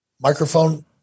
microphone